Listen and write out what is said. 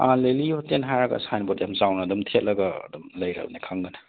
ꯑ ꯂꯤꯂꯤ ꯍꯣꯇꯦꯜ ꯍꯥꯏꯔꯒ ꯁꯥꯏꯟ ꯕꯣꯔꯠ ꯑꯗꯨꯝ ꯆꯥꯎꯅ ꯑꯗꯨꯝ ꯊꯦꯠꯂꯒ ꯑꯗꯨꯝ ꯂꯩꯔꯕꯅꯦ ꯈꯪꯒꯅꯤ